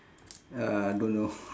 uh don't know